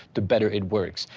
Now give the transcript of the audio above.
the better it works.